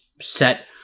set